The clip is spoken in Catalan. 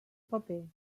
paper